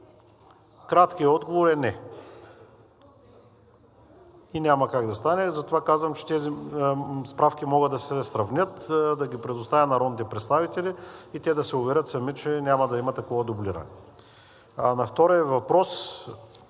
Краткият отговор е не и няма как да стане. Затова казвам, че тези справки могат да се сравнят, да ги предоставя на народните представители и те да се уверят сами, че няма да има такова дублиране. На втория Ви въпрос.